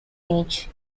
range